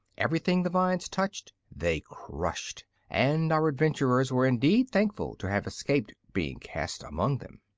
everything the vines touched they crushed, and our adventurers were indeed thankful to have escaped being cast among them.